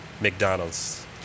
McDonald's